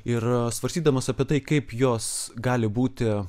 ir svarstydamas apie tai kaip jos gali būti